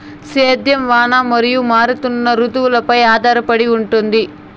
సేద్యం వాన మరియు మారుతున్న రుతువులపై ఆధారపడి ఉంటుంది